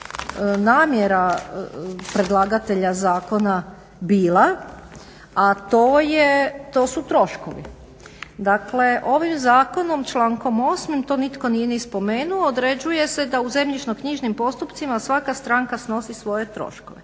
namjera predlagatelja zakona bila, a to su troškovi. Dakle, ovim zakonom člankom 8. to nitko nije ni spomenuo, a određuje se da u zemljišno-knjižnim postupcima svaka stranka snosi svoje troškove.